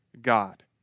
God